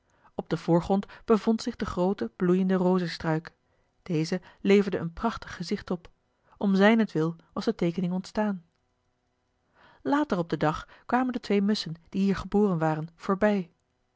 op den voorgrond bevond zich de groote bloeiende rozestruik deze leverde een prachtig gezicht op om zijnentwil was de teekening ontstaan later op den dag kwamen de twee musschen die hier geboren waren voorbij